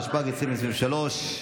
התשפ"ג 2023,